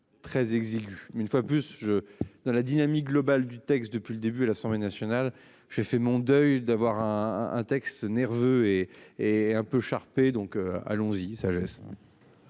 très exigu une fois plus je dans la dynamique globale du texte. Depuis le début à l'Assemblée nationale. J'ai fait mon deuil d'avoir un, un texte nerveux et et un peu Sharper, donc allons-y sagesse.